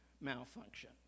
malfunction